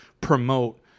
promote